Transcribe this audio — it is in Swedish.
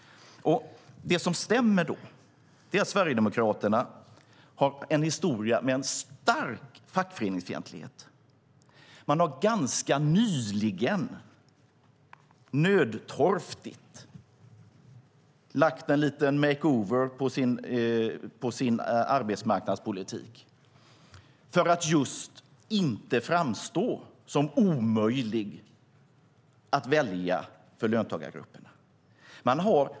Det som stämmer är att Sverigedemokraterna har en historia med en stark fackföreningsfientlighet. Man har ganska nyligen nödtorftigt gjort en liten make-over på sin arbetsmarknadspolitik, just för att inte framstå som omöjlig att välja för löntagargrupperna.